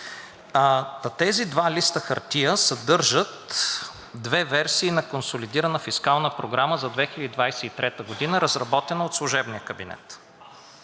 Тези два листа хартия съдържат две версии на консолидирана фискална програма за 2023 г., разработена от служебния кабинет.